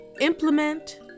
implement